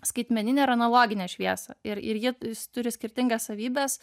skaitmeninę ir analoginę šviesą ir ir ji turi skirtingas savybes